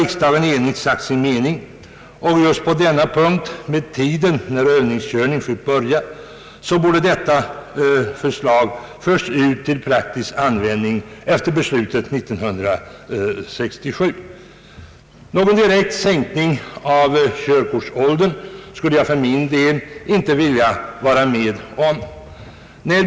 Riksdagen har sagt sin mening i fråga om tidpunkten när övningskörning skall få börja, och det finns därför ingen anledning varför inte beslutet år 1967 skulle föras ut i praktisk tillämpning. Någon sänkning av körkortsåldern vill jag för min del inte förorda.